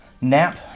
nap